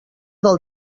del